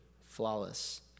Flawless